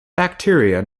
bacteria